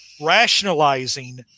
rationalizing